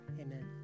Amen